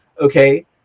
Okay